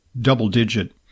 double-digit